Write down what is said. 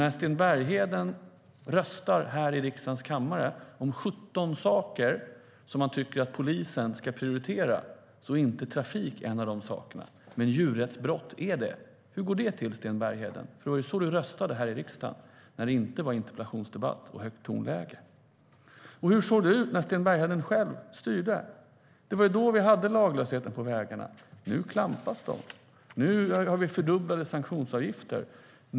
När Sten Bergheden i riksdagens kammare röstar om 17 saker som han tycker att polisen ska prioritera så är inte trafik en av dessa saker, däremot är djurrättsbrott det. Hur går det till, Sten Bergheden? Det var så du röstade i riksdagen, men då var det inte interpellationsdebatt och högt tonläge. Och hur såg det ut när Sten Bergheden själv styrde? Det var då vi hade laglösheten på vägarna. Nu klampar man. Nu har vi fördubblade sanktionsavgifter.